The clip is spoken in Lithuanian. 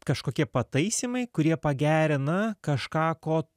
kažkokie pataisymai kurie pagerina kažką ko